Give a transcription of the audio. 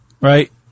right